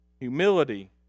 humility